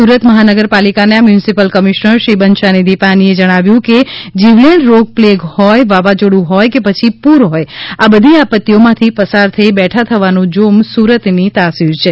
સુરત મહાનગરપાલિકાના municipal commissioner Shri Bachhanidhi પાનીએ જણાવ્યું છે કે જીવલેણ રોગ પ્લેગ હોય વાવાઝોડું હોય કે પછી પુર હોય આ બધી આપત્તિઓમાંથી પસાર થઈ બેઠા થવાનું જોમ સુરતની તાસીર છે